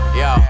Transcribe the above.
yo